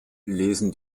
lesen